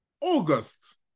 August